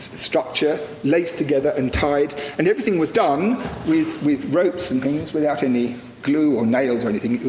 structure, laced together and tied. and everything was done with, with ropes and things, without any glue or nails or anything.